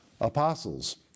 apostles